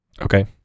Okay